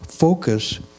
Focus